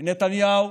מנתניהו